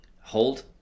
hold